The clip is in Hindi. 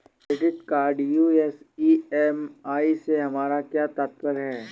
क्रेडिट कार्ड यू.एस ई.एम.आई से हमारा क्या तात्पर्य है?